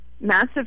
massive